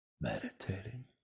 meditating